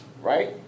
right